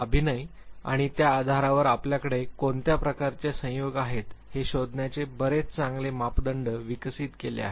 अभिनय आणि त्या आधारावर आपल्याकडे कोणत्या प्रकारचे संयोग आहेत हे शोधण्याचे बरेच चांगले मापदंड विकसित केले आहेत